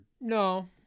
No